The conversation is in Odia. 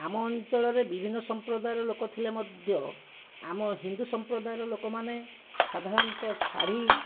ଆମ ଅଞ୍ଚଳରେ ବିଭିନ୍ନ ସଂମ୍ପ୍ରଦାୟର ଲୋକଥିଲେ ମଧ୍ୟ ଆମ ହିନ୍ଦୁ ସଂମ୍ପ୍ରଦାୟର ଲୋକମାନେ ସାଧାରଣତଃ ଶାଢ଼ୀ